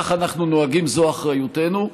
כך אנחנו נוהגים, זו אחריותנו.